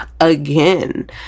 Again